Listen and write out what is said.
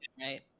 right